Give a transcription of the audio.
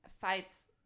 fights